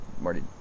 Marty